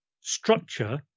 structure